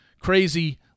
crazy